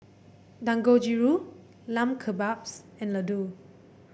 Dangojiru Lamb Kebabs and Ladoo